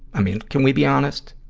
i mean, can we be honest?